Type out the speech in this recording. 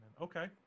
okay